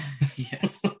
Yes